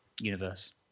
universe